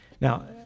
now